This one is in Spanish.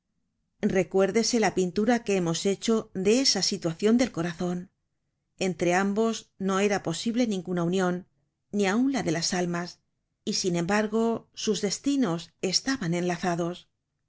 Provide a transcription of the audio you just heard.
recuérdese la pintura que hemos hecho de esa situacion del corazon entre ambos no era posible ninguna union ni aun la de las almas y sin embargo sus destinos estaban enlazados